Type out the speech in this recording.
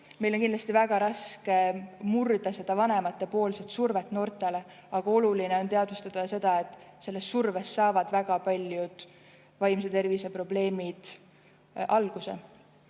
Meil on kindlasti väga raske murda vanemate survet noortele, aga oluline on teadvustada seda, et sellest survest saavad väga paljud vaimse tervise probleemid alguse.